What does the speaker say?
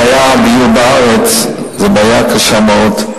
בעיית הדיור בארץ היא בעיה קשה מאוד.